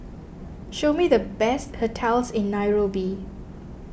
show me the best hotels in Nairobi